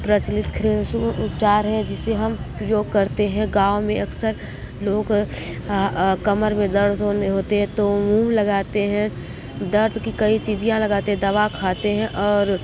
प्रचलित ख्रेसू उपचार है जिसे हम प्रयोग करते हैं गाँव में अक्सर लोग कमर में दर्द होने होते हैं तो मुव लगाते हैं दर्द की कई चीजियाँ लगाते हैं दवा खाते हैं और